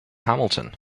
hamilton